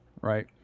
right